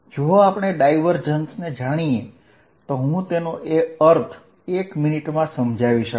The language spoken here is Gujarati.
જો આપણે ડાયવર્જન્સ ને જાણીએ તો હું તેનો અર્થ એક મિનિટમાં સમજાવી શકીશ